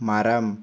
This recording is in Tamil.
மரம்